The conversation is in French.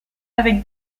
avec